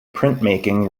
printmaking